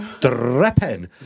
dripping